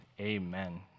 amen